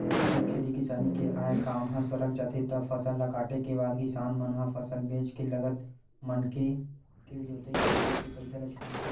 जब खेती किसानी के आय काम ह सरक जाथे तब फसल ल काटे के बाद किसान मन ह फसल बेंच के लगत मनके के जोंतई फंदई के पइसा ल छूटथे